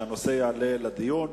שהנושא יעלה לדיון,